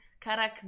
Karak